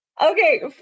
Okay